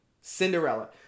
Cinderella